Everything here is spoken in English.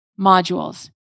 modules